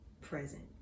present